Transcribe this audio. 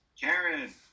Karen